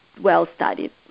well-studied